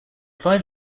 five